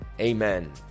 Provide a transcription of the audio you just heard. Amen